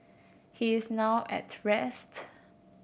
he is now at rest